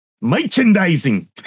Merchandising